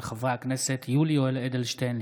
של חברי הכנסת יולי יואל אדלשטיין,